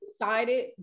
decided